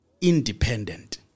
independent